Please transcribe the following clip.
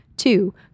two